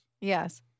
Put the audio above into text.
Yes